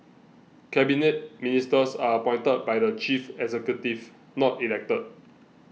Cabinet Ministers are appointed by the chief executive not elected